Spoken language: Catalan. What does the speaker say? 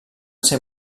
ser